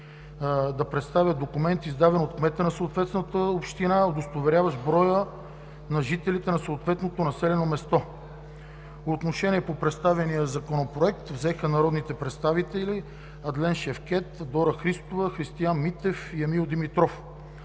да представят документ, издаден от кмета на съответната община, удостоверяващ броя на жителите на съответното населено място. Отношение по представения законопроект взеха народните представители Адлен Шефкет, Дора Христова, Христиан Митев и Емил Димитров.